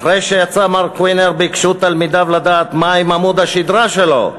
אחרי שיצא מר קוינר ביקשו תלמידיו לדעת מה עם עמוד השדרה שלו.